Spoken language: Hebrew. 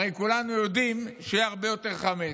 הרי כולנו יודעים שיהיה הרבה יותר חמץ.